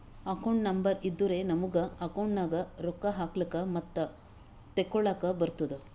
account number ಇದ್ದುರೆ ನಮುಗ account ನಾಗ್ ರೊಕ್ಕಾ ಹಾಕ್ಲಕ್ ಮತ್ತ ತೆಕ್ಕೊಳಕ್ಕ್ ಬರ್ತುದ್